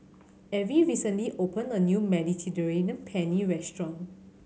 Avie recently opened a new Mediterranean Penne restaurant